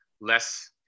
less